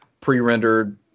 pre-rendered